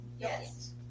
Yes